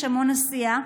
יש המון עשייה.